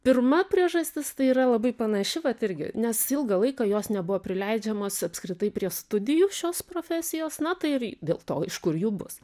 pirma priežastis tai yra labai panaši vat irgi nes ilgą laiką jos nebuvo prileidžiamos apskritai prie studijų šios profesijos na tai ir dėl to iš kur jų bus